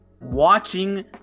watching